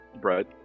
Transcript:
Bread